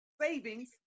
savings